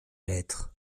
lettre